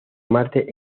marte